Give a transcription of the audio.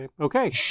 okay